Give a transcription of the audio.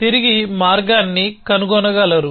తిరిగి మార్గాన్ని కనుగొనగలరు